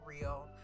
real